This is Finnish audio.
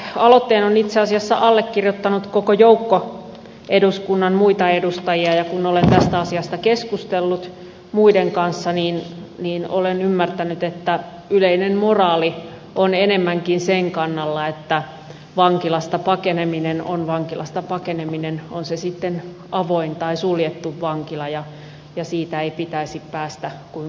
tämän aloitteen on itse asiassa allekirjoittanut koko joukko muita edustajia ja kun olen tästä asiasta keskustellut muiden kanssa niin olen ymmärtänyt että yleinen moraali on enemmänkin sen kannalla että vankilasta pakeneminen on vankilasta pakeneminen on se sitten avoin tai suljettu vankila ja siitä ei pitäisi päästä kuin koira veräjästä